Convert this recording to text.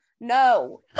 No